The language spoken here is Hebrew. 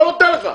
לא נותן לך.